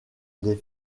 les